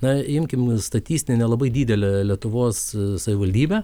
na imkim statistinį nelabai didelę lietuvos savivaldybę